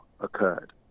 occurred